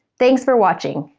thanks for watching!